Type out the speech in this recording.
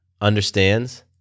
understands